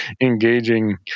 engaging